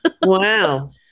Wow